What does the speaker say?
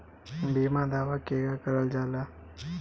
बीमा दावा केगा करल जाला?